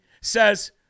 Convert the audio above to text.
says